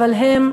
אבל הם,